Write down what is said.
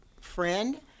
friend